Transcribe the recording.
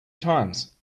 times